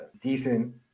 decent